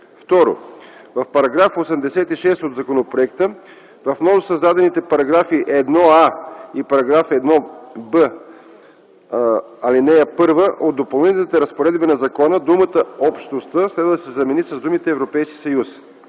2. В § 86 от законопроекта, в новосъздадените параграфи 1а и 1б (1) от Допълнителните разпоредби на закона, думата „Общността” следва да се замени с думите „Европейския съюз”.